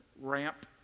ramp